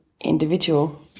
individual